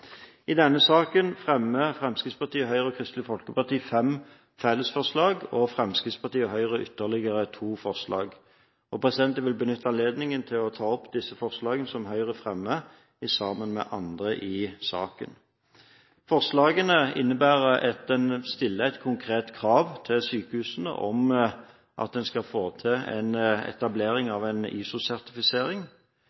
I denne saken fremmer Fremskrittspartiet, Høyre og Kristelig Folkeparti fem fellesforslag og Fremskrittspartiet og Høyre ytterligere to forslag. Jeg vil benytte anledningen til å ta opp disse forslagene, som Høyre fremmer sammen med andre i saken. Forslagene innebærer at en stiller et konkret krav til sykehusene om at en skal få til etablering av en